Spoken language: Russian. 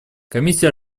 комиссия